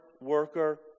worker